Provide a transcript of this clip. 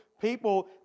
people